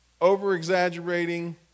over-exaggerating